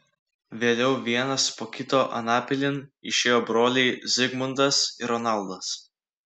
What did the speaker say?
vėliau vienas po kito anapilin išėjo broliai zigmundas ir ronaldas